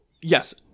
yes